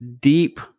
deep